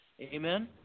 Amen